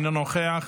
אינו נוכח,